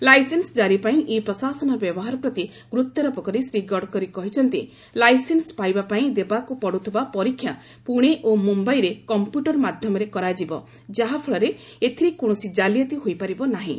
licence ଜାରି ପାଇଁ e ପ୍ରଶାସନର ବ୍ୟବହାର ପ୍ରତି ଗୁରୁତ୍ୱାରୋପ କରି ଶ୍ରୀ ଗଡ଼କରୀ କହିଛନ୍ତି ଲାଇସେନ୍ସ ପାଇବା ପାଇଁ ଦେବାକୁ ପଡ଼ୁଥିବା ପରୀକ୍ଷା ପୁଣେ ଓ ମୁମ୍ୟାଇରେ କମ୍ପ୍ୟୁଟର ମାଧ୍ୟମରେ କରାଯିବ ଯାହାଫଳରେ ଏଥିରେ କୌଣସି ଜାଲିଆତି ହୋଇପାରିବ ନାହିଁ